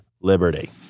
liberty